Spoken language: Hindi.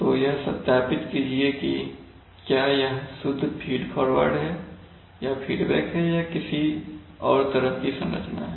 तो यह सत्यापित कीजिए कि क्या यह शुद्ध फीड फ़ॉरवर्ड है या फीडबैक या किसी और तरह की संरचना है